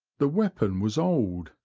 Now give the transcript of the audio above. the weapon was old,